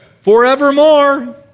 forevermore